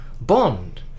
Bond